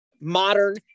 modern